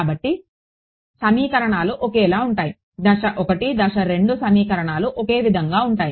కాబట్టి సమీకరణాలు ఒకేలా ఉంటాయి దశ 1 దశ 2 సమీకరణాలు ఒకే విధంగా ఉంటాయి